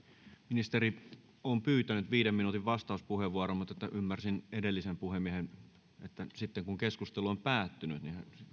ministeri on pyytänyt viiden minuutin vastauspuheenvuoron mutta ymmärsin edelliseltä puhemieheltä että sitten kun keskustelu on päättynyt